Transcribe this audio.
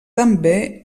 també